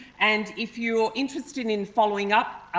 and if you're interested in following up